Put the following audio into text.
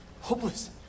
hopeless